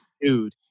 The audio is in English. dude